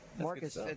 Marcus